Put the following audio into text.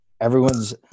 everyone's